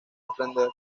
aprender